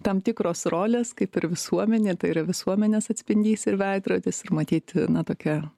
tam tikros rolės kaip ir visuomenėj tai yra visuomenės atspindys ir veidrodis ir matyt na tokia